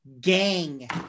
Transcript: gang